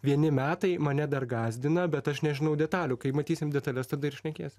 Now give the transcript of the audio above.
vieni metai mane dar gąsdina bet aš nežinau detalių kai matysim detales tada ir šnekėsim